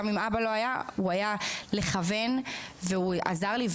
גם אם אבא לא היה, הוא היה לכוון והוא עזר לי.